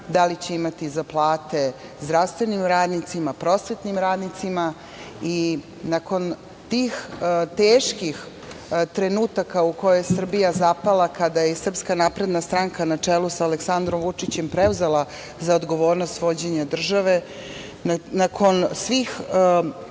da li će imati za plate zdravstvenim radnicima, prosvetnim radnicima. Nakon tih teških trenutaka u koje je Srbija zapala kada je i Srpska napredna stranka na čelu sa Aleksandrom Vučićem preuzela odgovornost vođenja države, nakon svih